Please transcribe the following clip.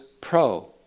pro